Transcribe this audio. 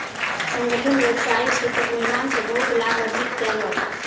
संगठन व्यावसायिक सूतक निर्माण सॅ बहुत लाभ अर्जित केलक